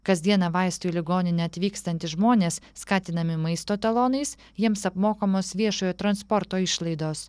kasdieną vaistų į ligoninę atvykstantys žmonės skatinami maisto talonais jiems apmokamos viešojo transporto išlaidos